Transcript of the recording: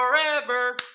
forever